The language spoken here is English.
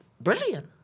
brilliant